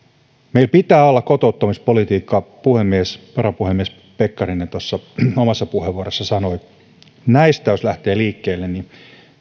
meillä pitää olla kotouttamispolitiikka kuten varapuhemies pekkarinen tuossa omassa puheenvuorossa sanoi jos näistä lähtee liikkeelle niin